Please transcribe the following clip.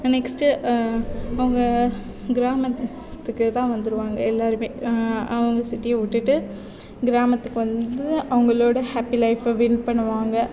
next அவங்க கிராமத்துக்கு தான் வந்துடுவாங்க எல்லாேருமே அவங்க சிட்டியை விட்டுவிட்டு கிராமத்துக்கு வந்து அவங்களோட ஹாப்பி லைஃப்பை வின் பண்ணுவாங்க